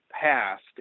passed